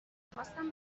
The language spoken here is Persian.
خواستم